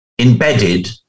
embedded